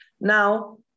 Now